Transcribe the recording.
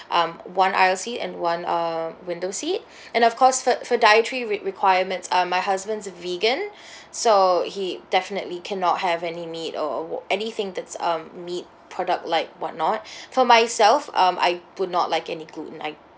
um one isle seat and one um window seat and of course for for dietary re~ requirements um my husband's a vegan so he definitely cannot have any meat or w~ anything that's um meat product like what not for myself um I do not like any gluten I